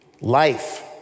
Life